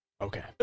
Okay